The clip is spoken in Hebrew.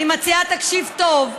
אני מציעה, תקשיב טוב,